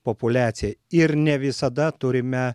populiacija ir ne visada turime